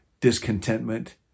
discontentment